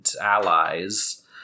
allies